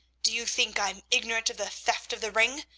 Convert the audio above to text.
do you think i am ignorant of the theft of the ring,